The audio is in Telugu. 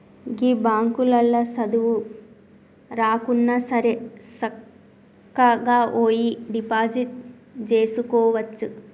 గీ బాంకులల్ల సదువు రాకున్నాసరే సక్కగవోయి డిపాజిట్ జేసుకోవచ్చు